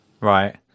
Right